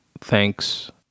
Thanks